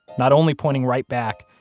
not only pointing right back,